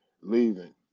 leaving